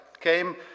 came